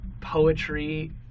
poetry